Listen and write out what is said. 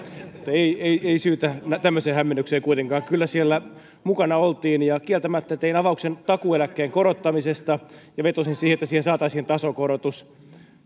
kaikkiaan mutta ei syytä tämmöiseen hämmennykseen kuitenkaan kyllä siellä mukana oltiin ja kieltämättä tein avauksen takuueläkkeen korottamisesta ja vetosin että siihen saataisiin tasokorotus